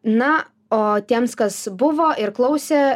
na o tiems kas buvo ir klausė